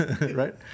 Right